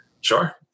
sure